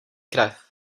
krev